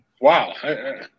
Wow